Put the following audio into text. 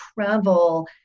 travel